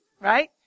right